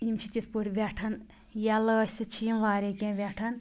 یِم چھِ تِتھ پٲٹھۍ ویٚٹھان ییٚلہِ ٲسِتھ چھِ یِم واریاہ کیٚنٛہہ ویٚٹھان